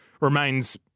remains